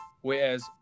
Whereas